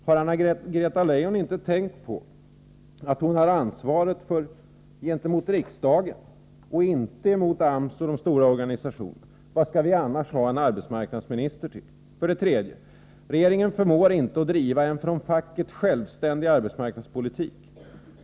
Har Anna-Greta Leijon inte tänkt på att hon har ansvaret inför riksdagen och inte inför de stora organisationerna? Vad skall vi annars ha en arbetsmarknadsminister till? 3. Regeringen förmår inte att driva en från facket självständig arbets marknadspolitik.